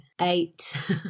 Eight